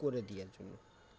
করে দিয়ার জন্য